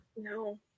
No